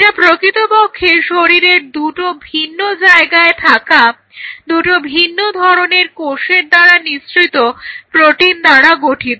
এটা প্রকৃতপক্ষে শরীরের দুটো ভিন্ন জায়গায় থাকা দুটো ভিন্ন ধরনের কোষের দ্বারা নিঃসৃত প্রোটিন দ্বারা গঠিত